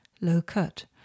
low-cut